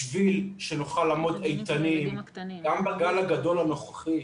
בשביל שנוכל לעמוד איתנים גם בגל הגדול הנוכחי,